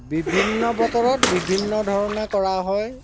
বিভিন্ন বতৰত বিভিন্ন ধৰণৰ কৰা হয়